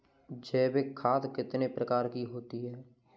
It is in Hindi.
जैविक खाद कितने प्रकार की होती हैं?